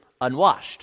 unwashed